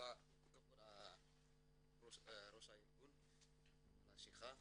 תודה ראש הארגון על השיחה.